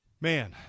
Man